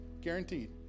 Guaranteed